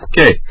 Okay